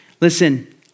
Listen